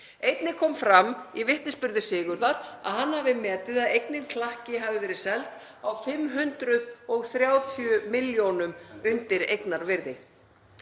Einnig kom fram í vitnisburði Sigurðar að hann hafi metið það að eignin Klakki hafi verið seld á 530 milljónum undir eignarvirði.